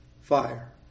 fire